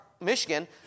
Michigan